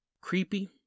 Creepy